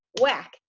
Whack